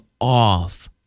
off